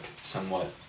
somewhat